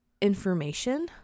information